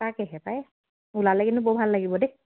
তাকেহে পায় ওলালে কিন্তু বৰ ভাল লাগিব দেই